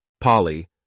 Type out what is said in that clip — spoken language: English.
Polly